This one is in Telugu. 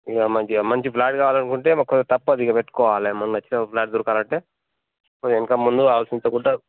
ఇంక మంచిగా మంచి ఫ్లాట్ కావాలనుకుంటే ఒక తప్పదు ఇంకా పెట్టుకోవాలే మనాకు నచ్చిన ఒక ఫ్లాట్ దొరకాలంటే వెనుక ముందు ఆలోచించకుండా